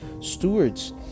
stewards